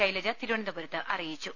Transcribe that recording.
ശൈലജ് തിരുവനന്തപുരത്ത് അറിയിച്ചു